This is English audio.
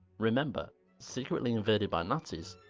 remember secretly invaded by nazis.